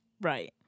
Right